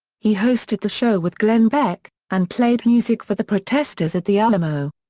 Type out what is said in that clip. he hosted the show with glenn beck, and played music for the protestors at the alamo.